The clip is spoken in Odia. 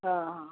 ହଁ ହଁ